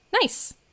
nice